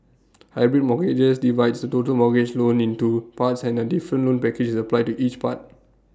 hybrid mortgages divides total mortgage loan into parts and A different loan package is applied to each part